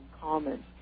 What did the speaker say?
common